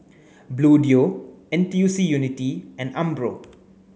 Bluedio N T U C Unity and Umbro